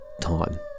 time